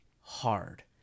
hard